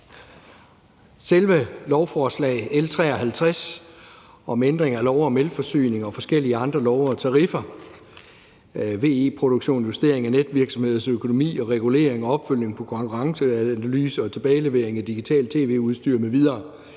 Selve lovforslaget, L 53, om ændring af lov om elforsyning og forskellige andre love vedrørende tariffer, VE-elproduktion, justering af netvirksomheders økonomiske regulering, opfølgning på konkurrenceanalysen, tilbagelevering af digitalt tv-udstyr m.v. er